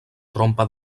trompa